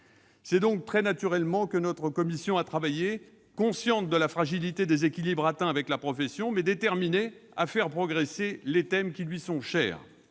C'est donc très naturellement que notre commission a travaillé, consciente de la fragilité des équilibres atteints avec la profession, mais déterminée à faire progresser les thèmes qui lui sont chers.